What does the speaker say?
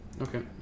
Okay